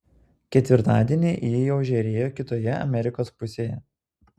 ketvirtadienį ji jau žėrėjo kitoje amerikos pusėje